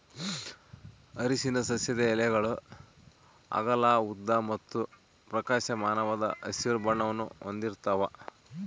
ಅರಿಶಿನ ಸಸ್ಯದ ಎಲೆಗಳು ಅಗಲ ಉದ್ದ ಮತ್ತು ಪ್ರಕಾಶಮಾನವಾದ ಹಸಿರು ಬಣ್ಣವನ್ನು ಹೊಂದಿರ್ತವ